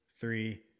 three